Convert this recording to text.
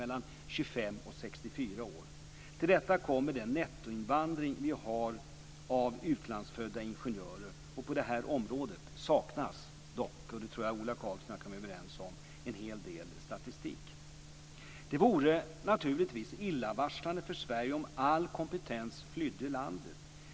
Det motsvarar Till detta kommer den nettoinvandring som vi har av utlandsfödda ingenjörer. På det området saknas dock - vilket jag tror att Ola Karlsson och jag kan vara överens om - en hel del statistik. Det vore naturligtvis illavarslande för Sverige om all kompetens flydde landet.